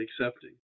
accepting